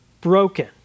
broken